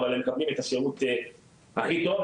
אבל הם מקבלים את השירות הכי טוב.